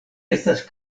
estas